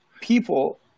people